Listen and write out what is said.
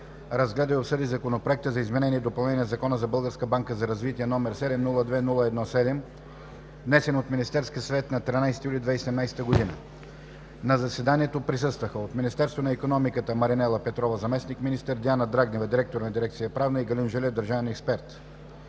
разгледа и обсъди Законопроект за изменение и допълнение на Закона за Българската банка за развитие, № 702-01-7, внесен от Министерски съвет на 13 юли 2017 г. На заседанието присъстваха: от Министерство на икономиката – Маринела Петрова, заместник-министър, Диана Драгнева, директор на дирекция „Правна“ и Галин Желев, държавен експерт